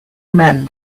men